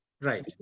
right